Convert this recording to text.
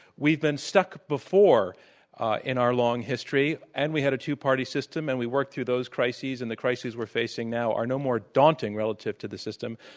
we've been stuck before in our long history. and we had a two-party system, and we worked through those crises, and the crises we're facing now are no more daunting relative to the system